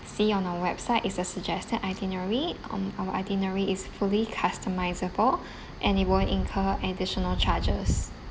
see on our website is a suggested itinerary um our itinerary is fully customisable and it won't incur additional charges